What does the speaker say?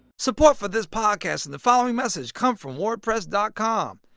support for this podcast and the following message come from wordpress dot com.